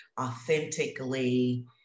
authentically